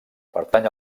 pertany